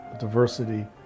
diversity